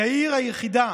היא העיר היחידה